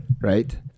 right